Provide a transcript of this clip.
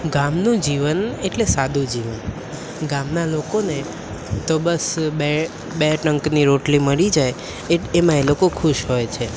ગામનું જીવન એટલે સાદું જીવન ગામનાં લોકોને તો બસ બે બે ટંકની રોટલી મળી જાય એ એમાં એ લોકો ખુશ હોય છે